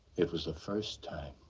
it was the first time.